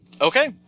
Okay